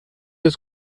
des